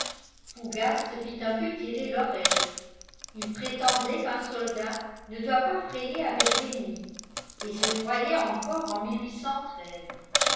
fougas se fit un peu tirer l'oreille il prétendait qu'un soldat ne doit pas frayer avec l'ennemi et se croyait encore en